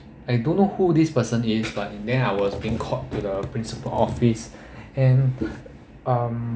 I don't know who this person is but then I was being called to the principal office and um